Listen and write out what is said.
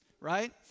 Right